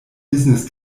business